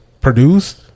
produced